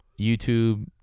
YouTube